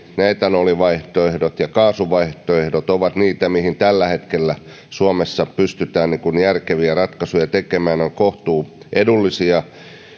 ja etanolivaihtoehdot ja kaasuvaihtoehdot ovat niitä mihin tällä hetkellä suomessa pystytään järkeviä ratkaisuja tekemään ne ovat kohtuuedullisia